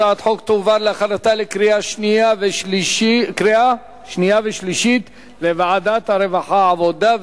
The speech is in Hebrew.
הצעת החוק תועבר להכנתה לקריאה שנייה ושלישית לוועדת העבודה,